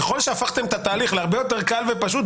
ככל שהפכתם את התהליך להרבה יותר קל ופשוט,